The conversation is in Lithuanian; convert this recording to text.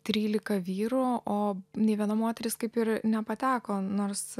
trylika vyrų o nė viena moteris kaip ir nepateko nors